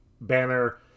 Banner